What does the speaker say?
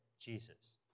Jesus